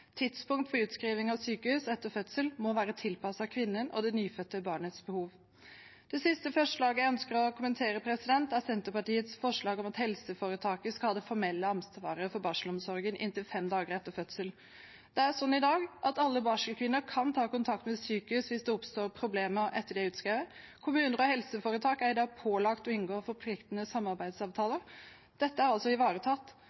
Tidspunkt for utskriving fra sykehus etter fødsel må være tilpasset kvinnen og det nyfødte barnets behov. Det siste forslaget jeg ønsker å kommentere, er Senterpartiets forslag om at helseforetaket skal ha det formelle ansvaret for barselomsorgen i inntil fem dager etter fødsel. Det er sånn i dag at alle barselkvinner kan ta kontakt med sykehus hvis det oppstår problemer etter at de er utskrevet. Kommuner og helseforetak er i dag pålagt å inngå forpliktende